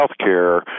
Healthcare